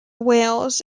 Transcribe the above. wales